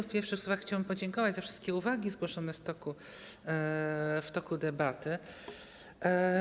W pierwszych słowach chciałbym podziękować za wszystkie uwagi zgłoszone w toku debaty.